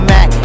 Mac